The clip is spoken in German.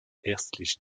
herzlich